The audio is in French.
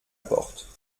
porte